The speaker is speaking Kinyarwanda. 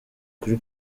kuri